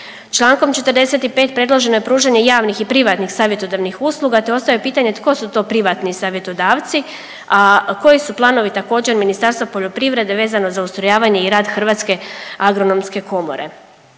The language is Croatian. Člankom 45. predloženo je pružanje javnih i privatnih savjetodavnih usluga te ostaje pitanje tko su to privatni savjetodavci, a koji su planovi također Ministarstva poljoprivrede vezano za ustrojavanje i rad Hrvatske agronomske komore.